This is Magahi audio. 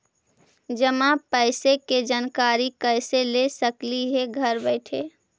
जमा पैसे के जानकारी कैसे ले सकली हे घर बैठे?